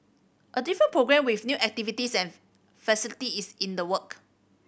a different programme with new activities and facility is in the work